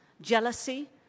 jealousy